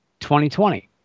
2020